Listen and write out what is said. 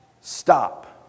Stop